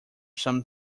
some